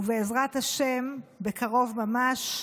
ובעזרת השם, בקרוב ממש,